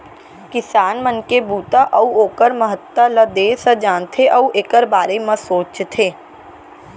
किसान मन के बूता अउ ओकर महत्ता ल देस ह जानथे अउ एकर बारे म सोचथे